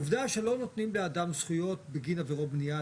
העובדה שלא נותנים לאדם זכויות בגין עבירות בנייה,